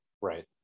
right